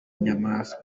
nyamwasa